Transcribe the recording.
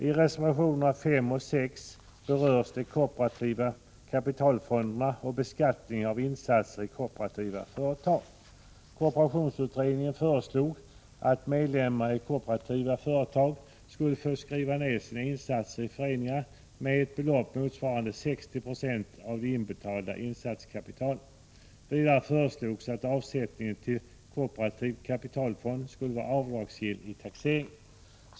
I reservationerna 5 och 6 berörs de kooperativa kapitalfonderna och beskattningen av insatser i kooperativa företag. Kooperationsutredningen föreslog att medlemmar i kooperativa företag skulle få skriva ned sina insatser i föreningarna med ett belopp motsvarande 60 90 av det inbetalda insatskapitalet. Vidare föreslogs att avsättningen till kooperativ kapitalfond skulle vara avdragsgill i taxeringen.